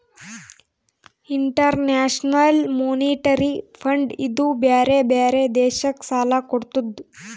international monetary fund ಇದೂ ಬ್ಯಾರೆ ಬ್ಯಾರೆ ದೇಶಕ್ ಸಾಲಾ ಕೊಡ್ತುದ್